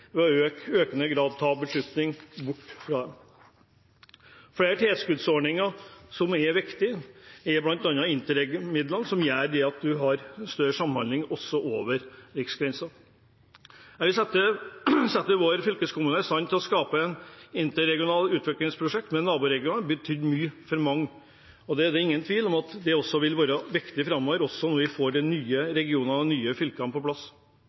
å trekke det prinsippet i tvil ved i økende grad å ta beslutninger bort fra det. Flere tilskuddsordninger som er viktige, er bl.a. Interreg-midlene, som fører til at man har større samhandling også over riksgrensene. Jeg vil sette våre fylkeskommuner i stand til å skape interregionale utviklingsprosjekt med naboregionene, det har betydd mye for mange. Det er ingen tvil om at det vil være viktig framover, også når vi får de nye regionene, de nye fylkene, på plass.